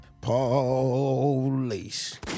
police